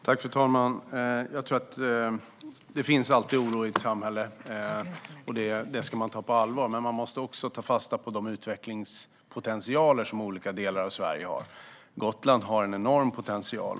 Fru talman! Jag tror att det alltid finns oro i ett samhälle, och det ska man ta på allvar. Men man måste också ta fasta på de utvecklingspotentialer som olika delar av Sverige har. Gotland har en enorm potential.